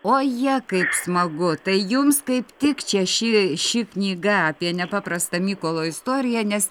oje kaip smagu tai jums kaip tik čia ši ši knyga apie nepaprastą mykolo istoriją nes